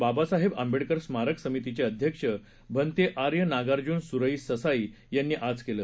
बाबासाहेब आबेडकर स्मारक समितीचे अध्यक्ष भंते आर्य नागार्जुन सुरई ससाई यांनी आज केलं